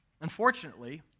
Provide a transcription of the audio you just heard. Unfortunately